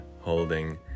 holding